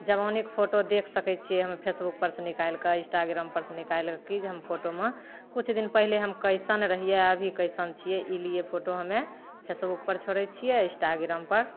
जवानीके photo देखि सकै छिए हमे फेसबुकपरसे निकालिके इन्स्टाग्रामपरसे निकालिके कि जे हम फोटोमे किछु दिन पहिले हम कइसन रहिए अभी कइसन छिए ई लिए फोटो हमे फेसबुकपर छोड़ै छिए इन्स्टाग्रामपर